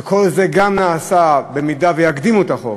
וכל זה גם נעשה במידה שיקדימו את החוק.